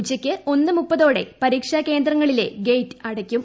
ഉച്ചയ്ക്ക് ഒന്നരയോടെ പരീക്ഷാ കേന്ദ്രങ്ങളിലെ ഗേറ്റ് അടയ്ക്കും